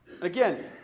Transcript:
Again